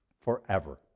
forever